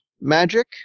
magic